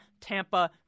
Tampa